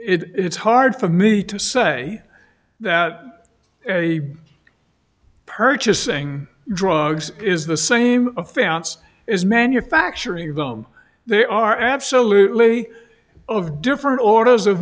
it's hard for me to say that a purchasing drugs is the same offense as manufacturing them they are absolutely of different orders of